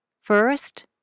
First